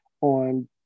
on